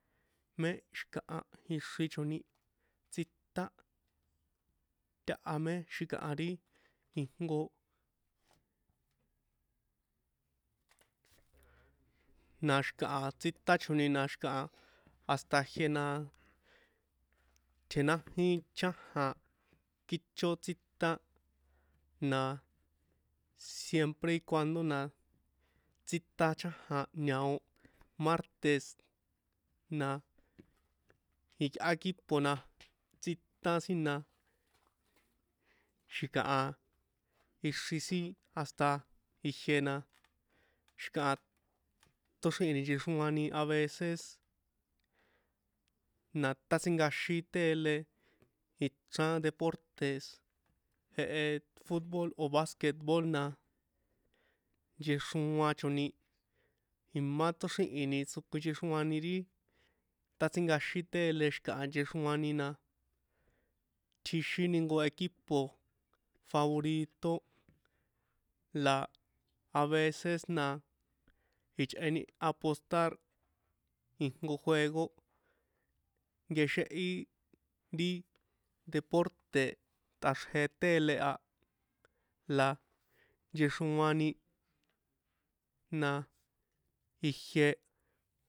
Mé xi̱kaha ixrichoni tsítan taha mé xi̱kaha ri ijnko na xikaha ri tsítachoni hasta ijiena tjenájín chajan tsítan na siem´re y cuando na tsítan chajan ñao martes na iyꞌá equipo na tsítan sin na xi̱kaha ixri sin hasta ijiena xikaha tóxrihini nchexroani a veces na tátsinkaxin tele ichrán deportes jehe futbol o̱ basket bol na nchexroachoni imá tóxrihini tsokjuinchexroani ri taktsínkaxin tele xi̱kaha nchexroani na tjixini jnko equipo favorito la a veces na ichꞌeni apostar ijnko juego nkexéhí ri deporte tꞌaxrje tele a la nchexroani na ijie